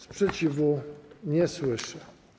Sprzeciwu nie słyszę.